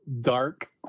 dark